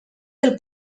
del